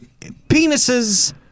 penises